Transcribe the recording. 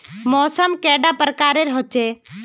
मौसम कैडा प्रकारेर होचे?